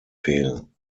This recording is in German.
fehlen